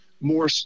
more